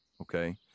okay